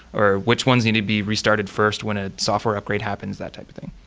or which ones need to be restarted first when a software upgrade happens, that type of thing